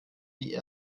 die